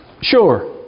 sure